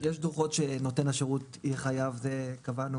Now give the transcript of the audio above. יש דוחות שנותן השירות יהיה חייב קבענו